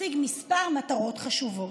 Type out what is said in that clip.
תשיג כמה מטרות חשובות: